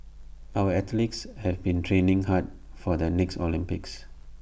our athletes have been training hard for the next Olympics